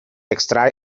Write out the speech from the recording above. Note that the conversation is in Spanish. extrae